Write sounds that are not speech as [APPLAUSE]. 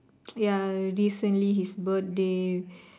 [NOISE] ya recently his birthday